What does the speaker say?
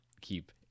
keep